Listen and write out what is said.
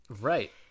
Right